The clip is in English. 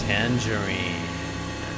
Tangerine